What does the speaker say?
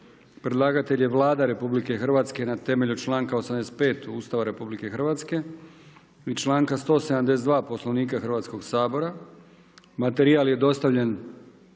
Predlagatelj je Vlada Republike Hrvatske na temelju članka 85. Ustava Republike Hrvatske i članka 172. Poslovnika Hrvatskog sabora. Materijal je dostavljen